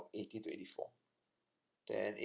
eighty to eighty four then